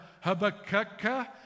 Habakkuk